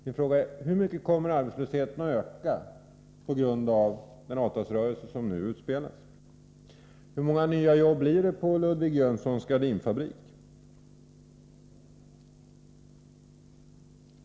Min fråga är: Hur mycket kommer arbetslösheten att öka på grund av den avtalsrörelse som nu utspelas? Hur många nya jobb blir det i Ludvig Jönssons gardinfabrik?